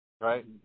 right